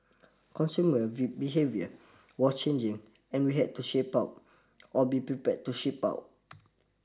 consumer V behaviour was changing and we had to shape up or be prepared to ship out